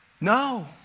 No